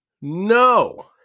no